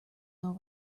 all